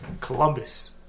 Columbus